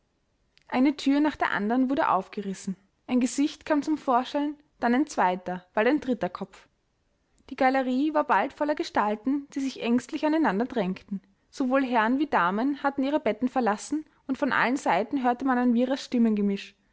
eine thür nach der andern wurde aufgerissen ein gesicht kam zum vorschein dann ein zweiter bald ein dritter kopf die galerie war bald voller gestalten die sich ängstlich aneinander drängten sowohl herren wie damen hatten ihre betten verlassen und von allen seiten hörte man ein wirres